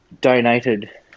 donated